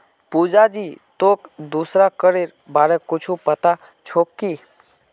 पुजा जी, तोक दूसरा करेर बार कुछु पता छोक की